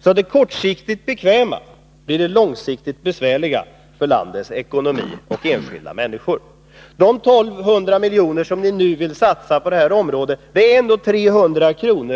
Så det kortsiktigt bekväma blir det långsiktigt besvärliga för landets ekonomi och för de enskilda människorna. De 1 200 miljoner ni nu vill satsa på energiområdet är ändå 300 kr.